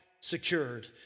secured